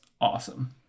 awesome